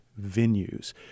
venues